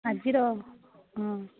ଆଜିର ହଁ